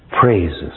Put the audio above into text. praises